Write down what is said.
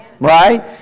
right